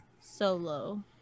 solo